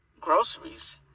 groceries